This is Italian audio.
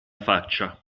faccia